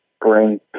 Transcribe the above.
bring